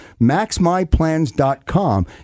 MaxMyPlans.com